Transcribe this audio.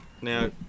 Now